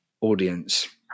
audience